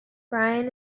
brian